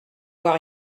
vois